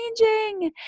changing